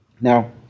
Now